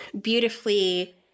beautifully